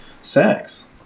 sex